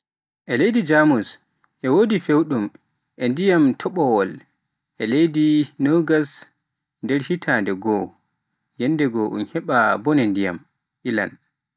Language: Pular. Leydi Jamus e wodi fewdum e ndiyam topol e lewru nogas nder hitande goo, yandegoo un heba bone ndiyam ilan.